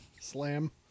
Slam